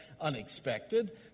unexpected